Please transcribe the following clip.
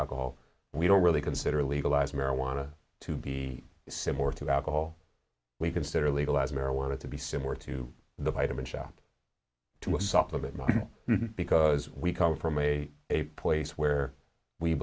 alcohol we don't really consider legalize marijuana to be similar to alcohol we consider legalize marijuana to be similar to the vitamin shoppe to a supplement because we come from a a place where we